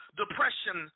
depression